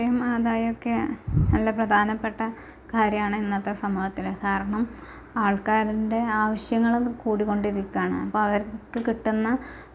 വായ്പ്പയും ആദായവുമൊക്കെ നല്ല പ്രധാനപ്പെട്ട കാര്യമാണ് ഇന്നത്തെ സമൂഹത്തില് കാരണം ആൾക്കാരിൻ്റെ ആവശ്യങ്ങള് കൂടിക്കൊണ്ടിരിക്കുകയാണ് അപ്പോൾ അവർക്ക് കിട്ടുന്ന പണം അവർക്ക് ചേ